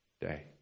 day